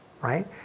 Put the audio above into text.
Right